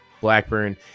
Blackburn